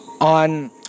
on